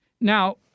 Now